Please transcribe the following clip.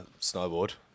snowboard